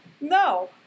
No